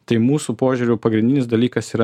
tai mūsų požiūriu pagrindinis dalykas